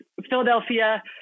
Philadelphia